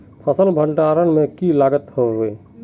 फसल भण्डारण में की लगत होबे?